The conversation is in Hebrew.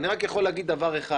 אני רק יכול לומר דבר אחד